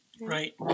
Right